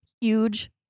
huge